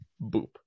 boop